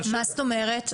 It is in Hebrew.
מה זאת אומרת?